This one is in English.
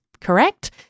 correct